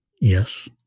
Yes